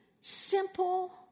simple